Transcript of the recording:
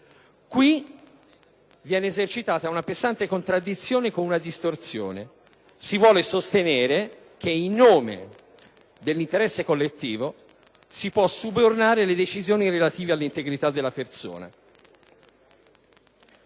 Qui viene introdotta una pesante contraddizione con una distorsione: si vuole sostenere che, in nome dell'interesse collettivo, si possono subordinare le decisioni relative all'integrità della persona.